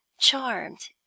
charmed